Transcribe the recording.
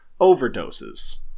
overdoses